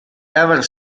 ever